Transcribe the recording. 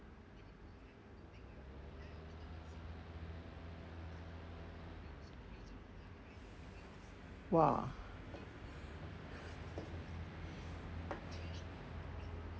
!wah!